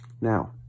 now